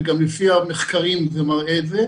וגם המחקרים מראים את זה,